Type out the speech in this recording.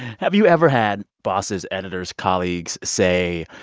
have you ever had bosses, editors, colleagues say,